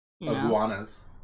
Iguanas